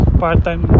part-time